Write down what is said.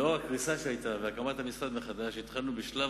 לנוכח הקריסה שהיתה והקמת המשרד מחדש התחלנו בשלב